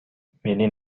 менин